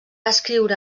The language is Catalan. escriure